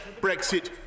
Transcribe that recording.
Brexit